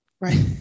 Right